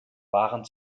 waren